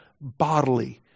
bodily